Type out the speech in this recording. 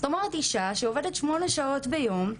זאת אומרת אישה שעובדת שמונה שעות ביום,